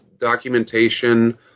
documentation